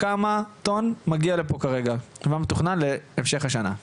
כמה טון מגיע לפה כרגע ומה מתוכנן להמשך השנה?